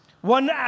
One